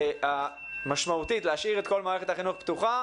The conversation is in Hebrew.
ההחלטה המשמעותית להשאיר את כל מערכת החינוך פתוחה.